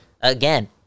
again